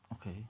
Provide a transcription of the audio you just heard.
okay